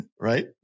Right